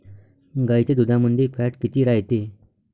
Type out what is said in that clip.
गाईच्या दुधामंदी फॅट किती रायते?